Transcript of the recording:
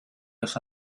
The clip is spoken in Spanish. los